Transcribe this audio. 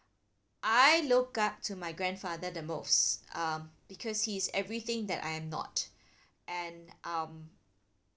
I look up to my grandfather the most um because he is everything that I'm not and um